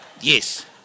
Yes